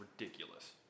ridiculous